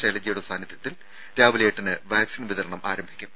ശൈലജയുടെ സാന്നിധ്യത്തിൽ രാവിലെ എട്ടിന് വാക്സിൻ വിതരണം ആരംഭിക്കും